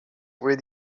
with